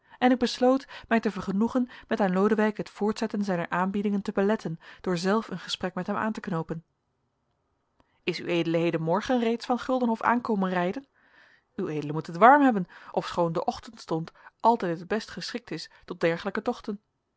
en ik besloot mij te vergenoegen met aan lodewijk het voortzetten zijner aanbiedingen te beletten door zelf een gesprek met hem aan te knoopen is ued hedenmorgen reeds van guldenhof aan komen rijden ued moet het warm hebben ofschoon de ochtendstond altijd het best geschikt is tot dergelijke tochten